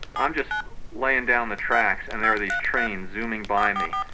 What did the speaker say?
i'm just laying down the tracks and there were these trains zooming by me,